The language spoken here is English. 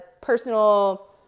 personal